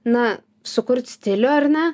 na sukurt stilių ar ne